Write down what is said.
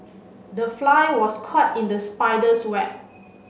the fly was caught in the spider's web